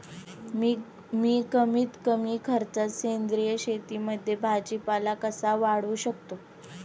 मी कमीत कमी खर्चात सेंद्रिय शेतीमध्ये भाजीपाला कसा वाढवू शकतो?